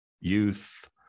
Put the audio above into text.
youth